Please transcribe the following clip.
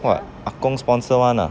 what 阿公 sponsor [one] ah